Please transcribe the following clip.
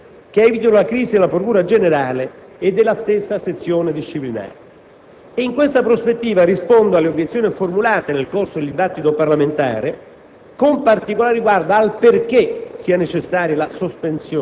essere obbligatoria, ma con filtri molto severi e molto rigorosi che evitino la crisi della procura generale e della stessa sezione disciplinare. In questa prospettiva rispondo alle obiezioni formulate nel corso del dibattito parlamentare,